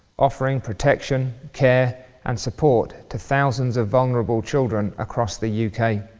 offering protection care and support to thousands of vulnerable children across the you know